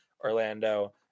Orlando